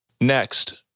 Next